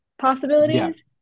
possibilities